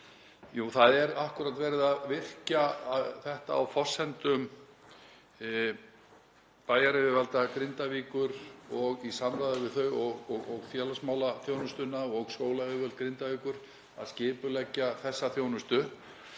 Jú, það er akkúrat verið að virkja þetta á forsendum bæjaryfirvalda Grindavíkur og í samráði við þau og félagsmálaþjónustuna og skólayfirvöld Grindavíkur, að skipuleggja þessa þjónustu.